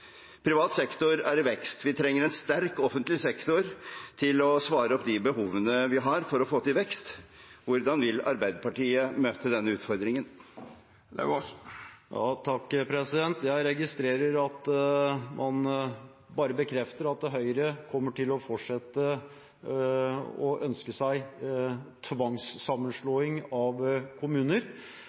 Privat sektor er i vekst. Vi trenger en sterk offentlig sektor til å svare opp de behovene vi har for å få til vekst. Hvordan vil Arbeiderpartiet møte denne utfordringen? Jeg registrerer at man bare bekrefter at Høyre kommer til å fortsette å ønske seg tvangssammenslåing av kommuner.